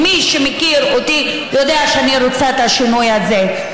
מי שמכיר אותי יודע שאני רוצה את השינוי הזה.